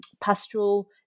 pastoral